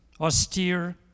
austere